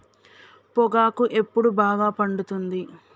పొగాకు ఎప్పుడు బాగా పండుతుంది?